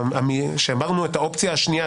כשאמרנו את האופציה השנייה,